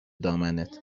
دامنت